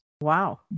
wow